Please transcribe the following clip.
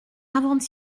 avant